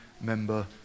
member